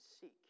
seek